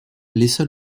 laissa